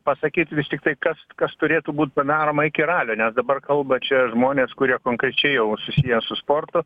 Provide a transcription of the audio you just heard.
pasakyti vis tiktai kas kas turėtų būt padaroma iki ralio nes dabar kalba čia žmonės kurie konkrečiai jau susiję su sportu